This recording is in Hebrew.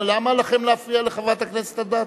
למה לכם להפריע לחברת הכנסת אדטו?